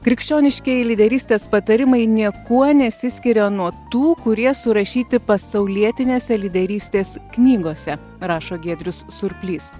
krikščioniškieji lyderystės patarimai niekuo nesiskiria nuo tų kurie surašyti pasaulietinėse lyderystės knygose rašo giedrius surplys